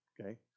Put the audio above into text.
Okay